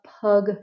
pug